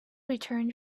return